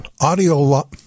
audio